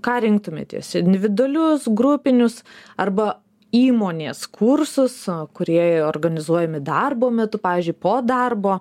ką rinktumėtės individualius grupinius arba įmonės kursus kurie organizuojami darbo metu pavyzdžiui po darbo